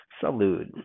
salute